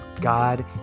God